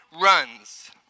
runs